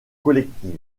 collective